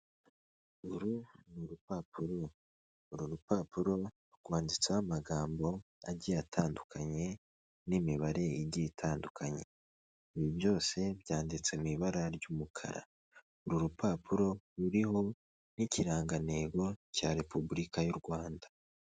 Uru ni urupapuro uru rupapuro rwanditseho amagambo agiye atandukanye, n'imibare igiye itandukanye, ibi byose byanditse mu ibara ry'umukara, uru rupapuro ruriho n'ikirangantego cya Repubulika y'u Rwanda.